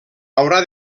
haurà